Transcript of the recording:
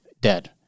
dead